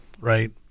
right